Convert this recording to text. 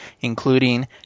including